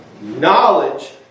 Knowledge